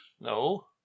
No